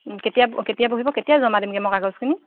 কেতিয়া কেতিয়া বহিব কেতিয়া জমা দিমগৈ মই কাগজখিনি